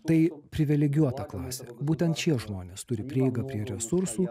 tai privilegijuota klasė būtent šie žmonės turi prieigą prie resursų